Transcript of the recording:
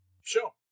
Sure